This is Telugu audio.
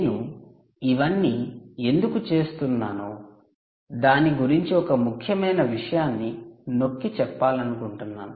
నేను ఇవన్నీ ఎందుకు చేస్తున్నానో దాని గురించి ఒక ముఖ్యమైన విషయాన్ని నొక్కి చెప్పాలనుకుంటున్నాను